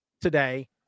today